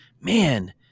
man